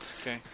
Okay